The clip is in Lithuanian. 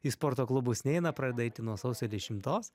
į sporto klubus neina pradėta eiti nuo sausio dešimtos